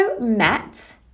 met